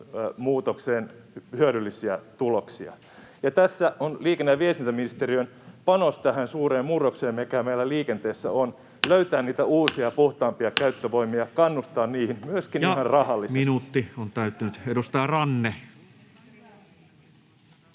käyttövoimamuutokseen hyödyllisiä tuloksia. Ja tässä on liikenne- ja viestintäministeriön panos tähän suureen murrokseen, mikä meillä liikenteessä on, löytää uusia, puhtaampia käyttövoimia, kannustaa niihin myöskin ihan rahallisesti. [Puhemies: Minuutti on täyttynyt!] [Speech